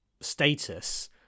status